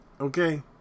Okay